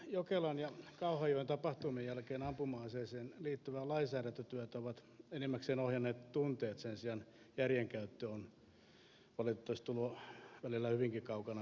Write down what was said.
jokelan ja kauhajoen tapahtumien jälkeen ampuma aseisiin liittyvää lainsäädäntötyötä ovat enimmäkseen ohjanneet tunteet sen sijaan järjen käyttö on valitettavasti tullut välillä hyvinkin kaukana perässä